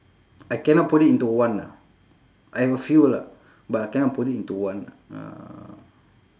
I cannot put it into one ah I have a few lah but I cannot put it into one ah uh